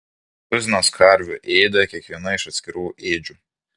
tuzinas karvių ėdė kiekviena iš atskirų ėdžių